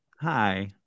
Hi